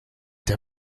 der